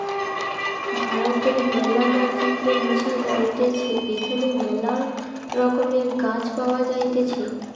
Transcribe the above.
ভারতের ম্যালা মানচিত্রে বুঝা যাইতেছে এখানে মেলা রকমের গাছ পাওয়া যাইতেছে